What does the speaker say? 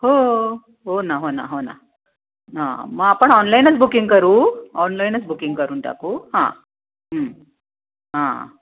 हो हो हो ना हो ना हो ना ह मग आपण ऑनलाईनच बुकिंग करू ऑनलाईनच बुकिंग करून टाकू हां